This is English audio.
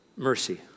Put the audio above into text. mercy